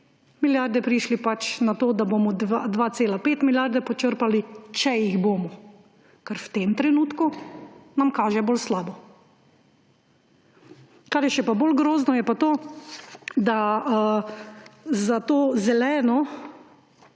milijardi prišli na to, da bomo 2,5 milijarde počrpali, če jih bomo, ker v tem trenutku nam kaže bolj slabo. Kar je pa še bolj grozno je pa to, da za to zeleno